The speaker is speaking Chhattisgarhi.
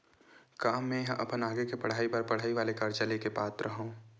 का मेंहा अपन आगे के पढई बर पढई वाले कर्जा ले के पात्र हव?